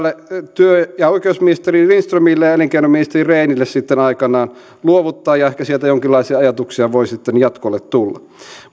työ ja oikeusministeri lindströmille ja elinkeinoministeri rehnille aikanaan luovuttaa ja ehkä sieltä jonkinlaisia ajatuksia voi sitten jatkolle tulla